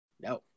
no